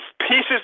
pieces